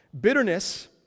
Bitterness